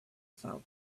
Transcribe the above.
falcon